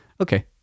Okay